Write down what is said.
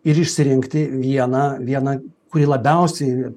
ir išsirinkti vieną vieną kurį labiausiai